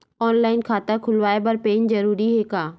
Online खाता खुलवाय बर पैन जरूरी हे का?